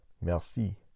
Merci